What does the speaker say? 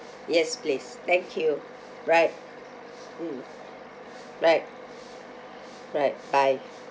yes please thank you right mm right right bye